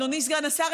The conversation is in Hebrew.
אדוני סגן השר,